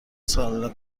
سالن